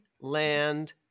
land